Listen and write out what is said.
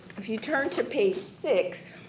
if you turn to page six,